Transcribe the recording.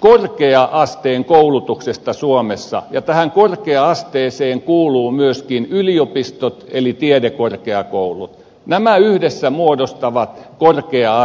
korkea asteen koulutuksesta suomessa ja tähän korkea asteeseen kuuluvat myöskin yliopistot eli tiedekorkeakoulut nämä yhdessä muodostavat korkea asteen